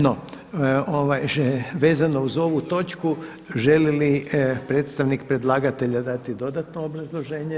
No, vezano uz ovu točku, želi li predstavnik predlagatelja dati dodatno obrazloženje?